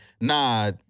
nah